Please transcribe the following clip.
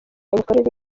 imikorere